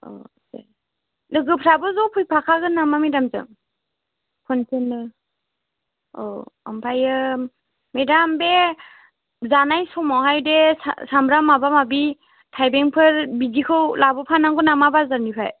अ दे लोगोफोराबो ज' फैफाखागोन नामा मेडामजों खनसेनो औ ओमफ्रायो मेडाम बे जानाय समावहाय बे साम्ब्राम माबा माबि थाइबेंफोर बिदिखौ लाबोफानांगौ नामा बाजारनिफ्राय